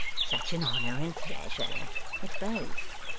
such an honour and pleasure it's both,